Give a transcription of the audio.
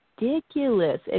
ridiculous